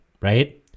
right